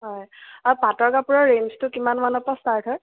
হয় পাটৰ কাপোৰৰ ৰেঞ্জটো কিমান মানৰ পৰা ষ্টাৰ্ট হয়